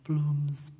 Blooms